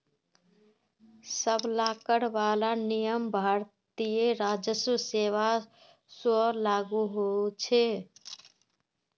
सब ला कर वाला नियम भारतीय राजस्व सेवा स्व लागू होछे